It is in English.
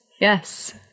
yes